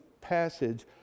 passage